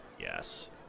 yes